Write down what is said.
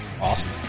Awesome